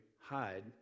hide